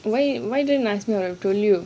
why why didn't ask me I would have told you